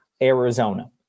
Arizona